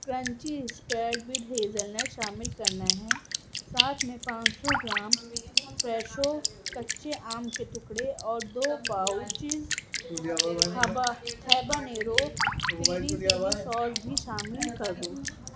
crunchy spread with hazelnut شامل کرنا ہیں ساتھ میں پان سو گرام فریشو کچے آم کے ٹکڑے اور دو پاؤچز ہبا ہیبانیرو پیری پیری سوس بھی شامل کر دو